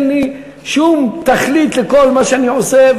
אין לי שום תכלית לכל מה שאני עושה,